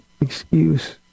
excuse